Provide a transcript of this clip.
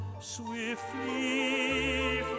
swiftly